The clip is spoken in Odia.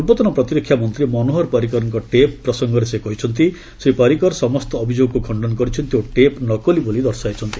ପୂର୍ବତନ ପ୍ରତିରକ୍ଷା ମନ୍ତ୍ରୀ ମନୋହର ପରିକରଙ୍କ ଟେପ୍ ପ୍ରସଙ୍ଗରେ ସେ କହିଛନ୍ତି ଶ୍ରୀ ପରିକର ସମସ୍ତ ଅଭିଯୋଗକୁ ଖଣ୍ଡନ କରିଛନ୍ତି ଓ ଟେପ୍ ନକଲି ବୋଲି ଦର୍ଶାଇଛନ୍ତି